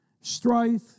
strife